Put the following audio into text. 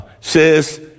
says